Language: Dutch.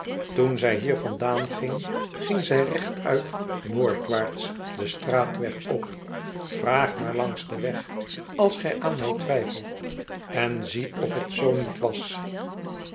toen zij hier vandaan ging ging zij rechtuit noordwaarts den straatweg op vraag maar langs den weg als gij aan mij twijfelt en zie of het zoo niet was